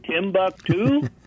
Timbuktu